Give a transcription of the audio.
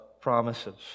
promises